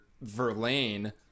verlaine